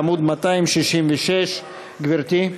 בעמוד 266. גברתי?